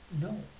no